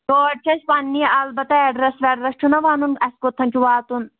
گٲڑۍ چھِ اَسہِ پنٛنی اَلبتہ اٮ۪ڈرَس وٮ۪ڈرَس چھُنا وَنُن اَسہِ کوٚتتھ چھُ واتُن